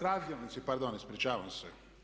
Razdjelnici, pardon, ispričavam se.